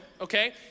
okay